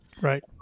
Right